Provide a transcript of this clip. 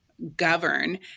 govern